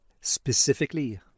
Specifically